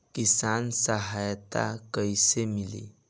किसान सहायता कईसे मिली?